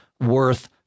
worth